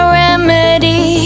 remedy